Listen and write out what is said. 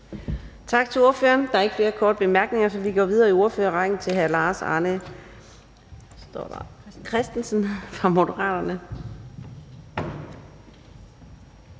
Tak til ordføreren. Der er ikke flere korte bemærkninger, så vi går videre i ordførerrækken, og vi er nu ved fru Mette